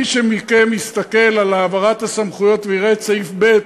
מי מכם שיסתכל על העברת הסמכויות ויראה את סעיף ב'